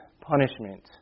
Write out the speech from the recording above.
punishment